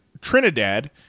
Trinidad